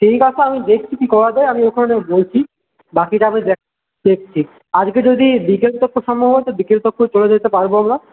ঠিকাছে আমি দেখছি কী করা যায় আমি ওখানে বলছি বাকিটা আমি দেখ দেখছি আজকে যদি বিকেল টক্ক সম্ভব হয় তো বিকেল টক্ক চলে যেতে পারব আমরা